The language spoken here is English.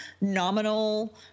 nominal